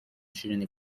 شیرینی